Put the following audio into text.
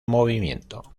movimiento